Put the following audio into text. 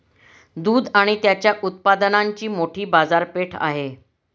दूध आणि त्याच्या उत्पादनांची मोठी बाजारपेठ आहे